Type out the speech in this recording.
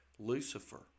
Lucifer